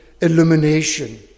illumination